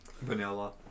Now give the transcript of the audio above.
Vanilla